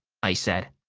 i said.